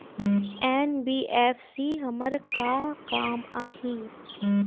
NBFC हमर का काम आही?